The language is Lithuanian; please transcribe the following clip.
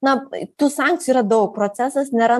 na tų sankcijų yra daug procesas nėra